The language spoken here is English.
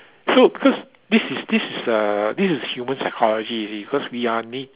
so because this is this is uh this is human psychology you see because we are na~